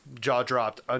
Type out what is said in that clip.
jaw-dropped